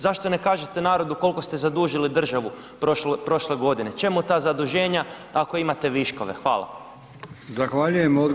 Zašto ne kažete narodu koliko ste zadužili državu prošle godine, čemu ta zaduženja ako imate viškove?